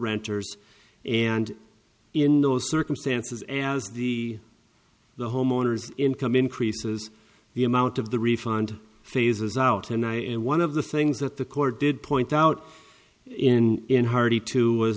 renters and in those circumstances as the the homeowners income increases the amount of the refund phases out and i in one of the things that the court did point out in in hearty two was